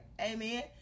amen